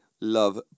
love